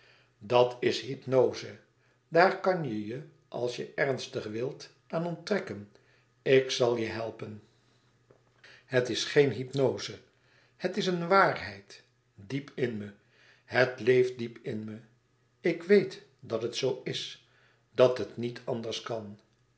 dat is hypnoze daar kan je je als je ernstig wilt aan onttrekken ik zal je helpen het is geen hypnoze het is een waarheid diep in me het leeft diep in me ik weet dat het zoo is dat het niet anders kan